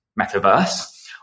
metaverse